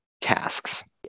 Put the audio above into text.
tasks